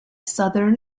southern